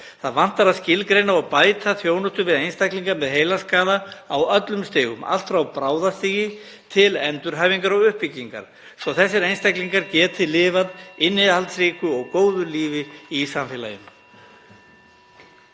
Það vantar að skilgreina og bæta þjónustu við einstaklinga með heilaskaða á öllum stigum, allt frá bráðastigi til endurhæfingar og uppbyggingar (Forseti hringir.) svo að þessir einstaklingar geti lifað innihaldsríku og góðu lífi í samfélaginu.